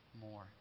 more